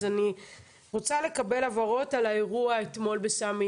אז אני רוצה לקבל הבהרות על האירוע אתמול בסמי